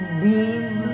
beam